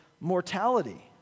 mortality